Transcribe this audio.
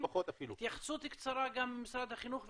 התייחסות קצרה מהחברים וממשרד החינוך,